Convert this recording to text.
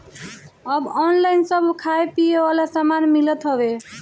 अब ऑनलाइन सब खाए पिए वाला सामान मिलत हवे